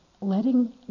letting